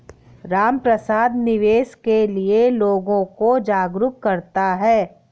रामप्रसाद निवेश के लिए लोगों को जागरूक करता है